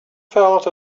felt